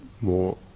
more